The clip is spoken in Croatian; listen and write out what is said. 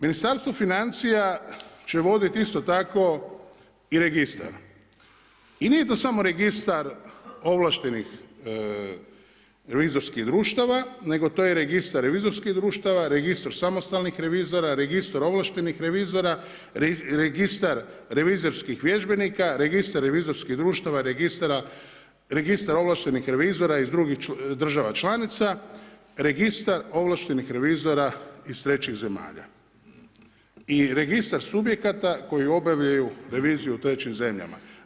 Ministarstvo financija će voditi isto tako i registar i nije to samo registar ovlaštenih revizorskih društava, nego to je registar revizorskih društava, registar samostalnih revizora, registar ovlaštenih revizora, registar revizorskih vježbenika, registar revizorskih društava registara, registar ovlaštenih revizora iz drugih država članica, registar ovlaštenih revizora iz trećih zemalja i registar subjekata koji obavljaju reviziju u trećim zemljama.